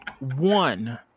One